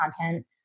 content